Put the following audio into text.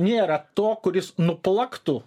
nėra to kuris nuplaktų